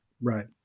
right